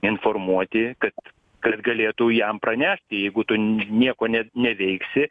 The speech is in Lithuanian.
informuoti kad kad galėtų jam pranešti jeigu tu nieko net neveiksi